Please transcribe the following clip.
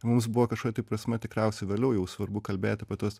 mums buvo kažkokia tai prasme tikriausiai vėliau jau svarbu kalbėti apie tuos